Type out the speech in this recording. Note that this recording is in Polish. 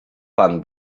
pan